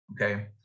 okay